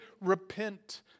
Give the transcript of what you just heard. repent